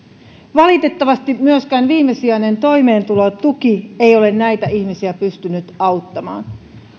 valitettavasti myöskään viimesijainen toimeentulotuki ei ole näitä ihmisiä pystynyt auttamaan